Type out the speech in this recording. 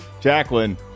Jacqueline